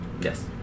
Yes